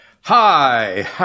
Hi